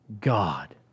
God